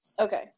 Okay